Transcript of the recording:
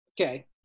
Okay